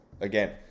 Again